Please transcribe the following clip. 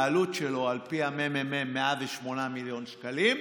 העלות שלו, על פי הממ"מ, 108 מיליון שקלים,